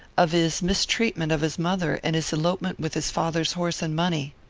of his mistreatment of his mother, and his elopement with his father's horse and money?